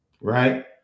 right